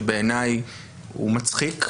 שבעיני הוא מצחיק,